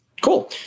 Cool